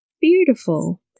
Beautiful